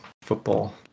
Football